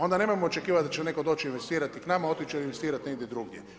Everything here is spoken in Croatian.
Onda nemojmo očekivati da će netko doći investirati k nama, otići će investirati negdje drugdje.